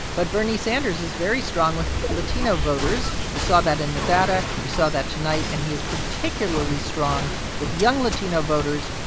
but bernie sanders is very strong with latino voters. you saw that in nevada. you saw that tonight, and he is particularly strong with young latino voters,